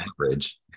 average